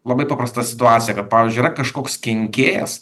labai paprasta situacija kad pavyzdžiui yra kažkoks kenkėjas